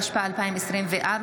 התשפ"ה 2024,